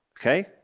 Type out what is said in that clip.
okay